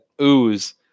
ooze